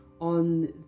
on